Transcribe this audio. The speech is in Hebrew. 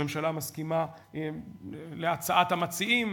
הממשלה מסכימה להצעת המציעים,